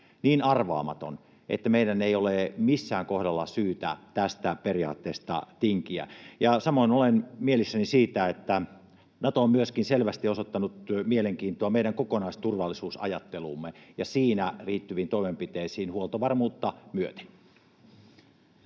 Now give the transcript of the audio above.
niin arvaamaton, että meidän ei ole missään kohdalla syytä tästä periaatteesta tinkiä. Samoin olen mielissäni siitä, että myöskin Nato on selvästi osoittanut mielenkiintoa meidän kokonaisturvallisuusajatteluumme ja siihen liittyviin toimenpiteisiin huoltovarmuutta myöten.